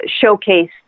showcase